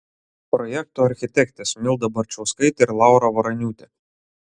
projekto architektės milda barčauskaitė ir laura varaniūtė